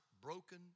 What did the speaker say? broken